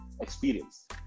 experience